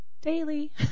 Daily